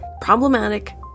problematic